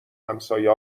همسایه